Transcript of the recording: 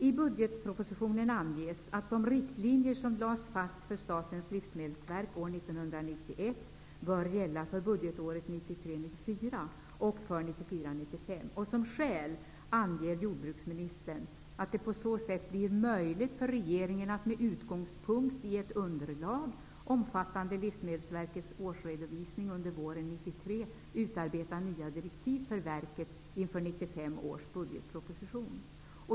I budgetpropostionen anges att de riktlinjer som lades fast för Statens livsmedelsverk år 1991 bör gälla för budgetåret 1993 95. Som skäl anger jordbruksministern att det på så sätt blir möjligt för regeringen att med utgångspunkt i ett underlag omfattande Livsmedelsverkets årsredovisning under våren 1993 utarbeta nya direktiv för verket inför 1995 års budgetproposition.